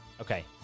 Okay